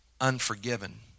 unforgiven